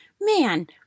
man